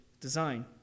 design